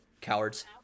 cowards